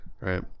right